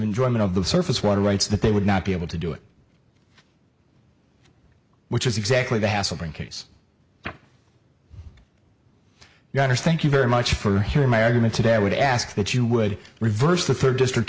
enjoyment of the surface water rights that they would not be able to do it which is exactly the hassling case you understand you very much for here in my argument today i would ask that you would reverse the third district